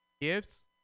Gifts